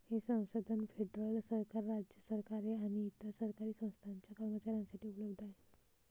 हे संसाधन फेडरल सरकार, राज्य सरकारे आणि इतर सरकारी संस्थांच्या कर्मचाऱ्यांसाठी उपलब्ध आहे